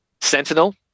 sentinel